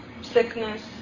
sickness